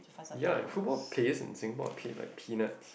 ya and football pays in Singapore paid like peanuts